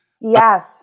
Yes